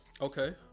Okay